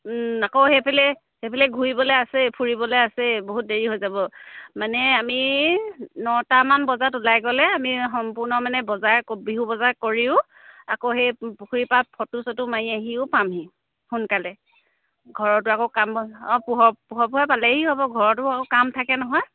আকৌ সেইফালে সেইফালে ঘূৰিবলৈ আছে ফুৰিবলৈ আছেই বহুত দেৰি হৈ যাব মানে আমি নটামান বজাত ওলাই গ'লে আমি সম্পূৰ্ণ মানে বজাৰ বিহু বজাৰ কৰিও আকৌ সেই পুখুৰী পাৰত ফটো চটো মাৰি আহিও পামহি সোনকালে ঘৰতো আকৌ কাম বন অঁ পোহৰ পোহৰে পোহৰে পালেহি হ'ব ঘৰতো আকৌ কাম থাকে নহয়